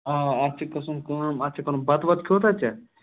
آ اَتھ چھِ قٕسٕم کٲم اَتھ چھِ کَرُن بتہٕ وَتہٕ کھیوتھا ژےٚ